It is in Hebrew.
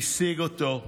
השיג אותו.